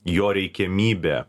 jo reikiamybė